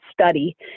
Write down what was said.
study